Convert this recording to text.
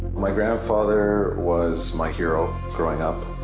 my grandfather was my hero growing up.